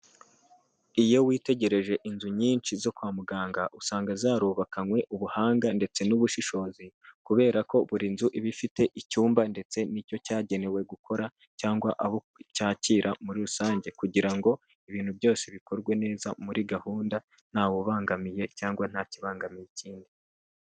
Iyo witegereje inzu nyinshi zo kwa muganga usanga zarubakanywe ubuhanga ndetse n'ubushishozi, kubera ko buri nzu iba ifite icyumba ndetse n'icyo cyagenewe gukora cyangwa abo cyakira muri rusange, kugira ngo ibintu byose bikorwe neza muri gahunda ntawubangamiye cyangwa nta kibangamiye ikindi.